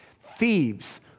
Thieves